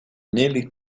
nearly